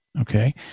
okay